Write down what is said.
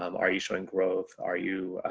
um are you showing growth? are you